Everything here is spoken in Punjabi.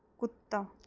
ਕੁੱਤਾ